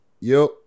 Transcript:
Yo